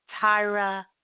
tyra